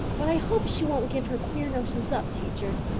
but i hope she won't give her queer notions up, teacher,